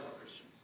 Christians